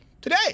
today